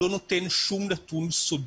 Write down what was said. לא נותן שום נתון סודי,